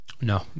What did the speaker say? no